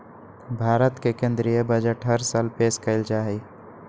भारत के केन्द्रीय बजट हर साल पेश कइल जाहई